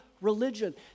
religion